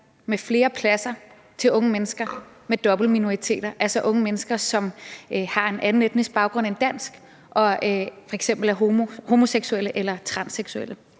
med flere pladser til unge mennesker, der tilhører dobbeltminoriteter, altså unge mennesker, som har en anden etnisk baggrund end dansk, og som f.eks. er homoseksuelle eller transseksuelle.